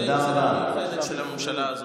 זה יצירה מיוחדת של הממשלה הזאת.